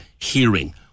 hearing